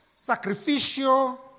sacrificial